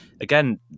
Again